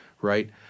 right